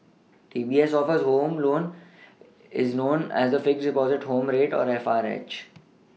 DBS' home loan is known as the fixed Deposit home rate or F R H